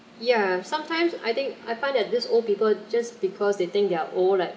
yeah sometimes I think I find that these old people just because they think they're old like